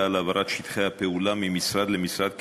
על העברת שטחי הפעולה ממשרד למשרד כדלקמן: